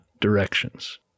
directions